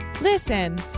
Listen